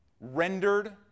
rendered